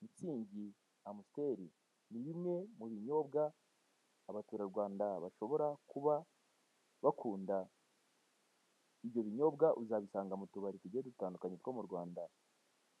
Mitsingi, amusiteli ni bimwe mu binyobwa abaturarwanda bashobora kuba bakunda, ibyo binyobwa uzabisanga mu tubari tugiye dutandukanye two mu Rwanda,